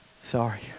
Sorry